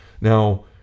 Now